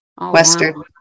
Western